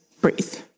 breathe